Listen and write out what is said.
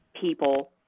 people